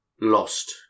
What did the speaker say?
lost